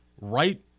right